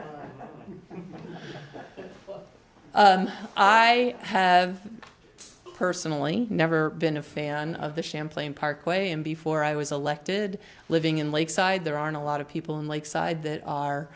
work i have personally never been a fan of the champlain parkway and before i was elected living in lakeside there are a lot of people in lakeside that are